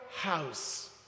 house